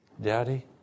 Daddy